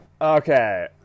Okay